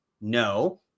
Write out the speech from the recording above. No